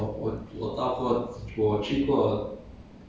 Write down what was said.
那你到过什么国家你到过什么国家